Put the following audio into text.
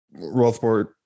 Rothbard